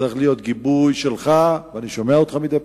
צריך להיות גיבוי שלך, ואני שומע אותך מדי פעם,